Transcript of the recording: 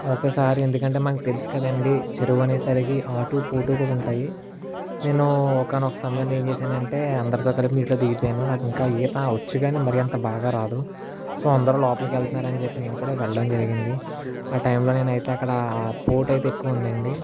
ఒకసారి ఎందుకంటే మనకు తెలుసు కదా అండీ చెరువు అనేసరికి ఆటు పోటు కూడా ఉంటాయి నేను ఒకానొక సమయంలో ఏం చేశానంటే అందరితో కలిపి నీటిలో దిగిపోయాను నాకు ఇంకా ఈత వచ్చు కానీ మరి అంత బాగా రాదు సో అందరూ లోపలికి వెళ్తున్నారు అని చెప్పి నేను కూడా వెళ్ళడం జరిగింది ఆ టైంలో నేనైతే అక్కడ పోటు అయితే ఎక్కువ ఉందండీ